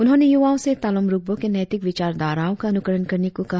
उन्होंने युवाओं से तालोम रुकबो के नैतिक विचारधाराओं का अनुकरण करने को कहा